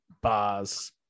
bars